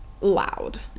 loud